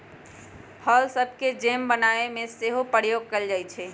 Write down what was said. फल सभके जैम बनाबे में सेहो प्रयोग कएल जाइ छइ